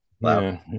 Wow